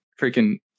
freaking